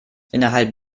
innerhalb